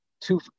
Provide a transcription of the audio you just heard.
two